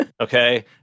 Okay